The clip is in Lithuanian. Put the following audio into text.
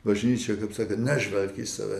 bažnyčia kaip sakant nežvelk į save